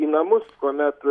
į namus kuomet